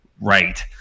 Right